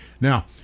Now